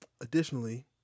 Additionally